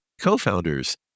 co-founders